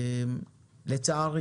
לצערי